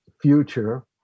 future